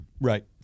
Right